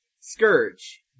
Scourge